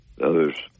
Others